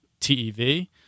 TEV